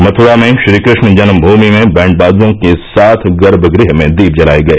मथ्रा में श्रीकृष्ण जन्म्भूमि में बैंडबाजों के साथ गर्मगृह में दीप जलाए गए